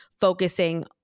focusing